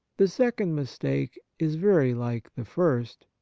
the second mistake is very like the first,